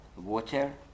water